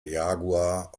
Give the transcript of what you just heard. jaguar